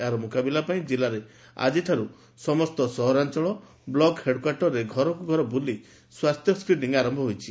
ଏହାର ମୁକାବିଲା ପାଇଁ ଜିଲ୍ଲାରେ ଆଜିଠାରୁ ସମସ୍ତ ସହରାଅଳ ବ୍ଲକ ହେଡକ୍ୱାର୍ଟରରେ ଘରକୁ ଘର ବୁଲି ସ୍ୱାସ୍ଥ୍ୟ ସ୍କ୍ରିନିଂ ଆର ହୋଇଛି